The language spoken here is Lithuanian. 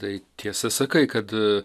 tai tiesą sakai kad